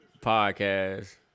podcast